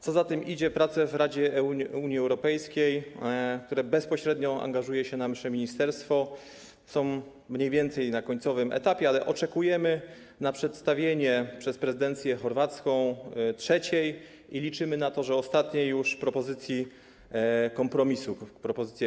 Co za tym idzie, prace w Radzie Unii Europejskiej, w które bezpośrednio angażuje się nasze ministerstwo, są mniej więcej na końcowym etapie, ale oczekujemy na przedstawienie przez prezydencję chorwacką trzeciej, i liczymy na to, że już ostatniej, propozycji kompromisu.